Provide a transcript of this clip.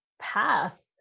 path